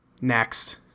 Next